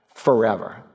Forever